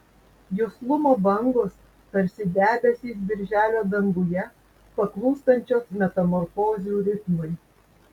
juslumo bangos tarsi debesys birželio danguje paklūstančios metamorfozių ritmui